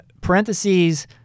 parentheses